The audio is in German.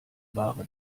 ware